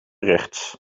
rechts